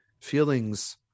feelings